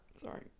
Sorry